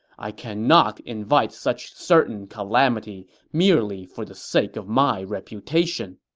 i cannot invite such certain calamity merely for the sake of my reputation.